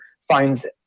finds